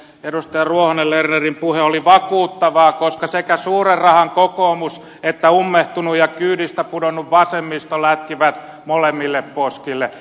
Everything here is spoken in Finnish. edustaja ruohonen lernerin puhe oli vakuuttavaa koska sekä suuren rahan kokoomus että ummehtunut ja kyydistä pudonnut vasemmisto lätkivät molemmille poskille